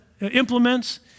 implements